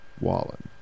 Wallen